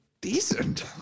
decent